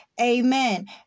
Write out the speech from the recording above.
amen